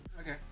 Okay